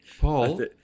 Paul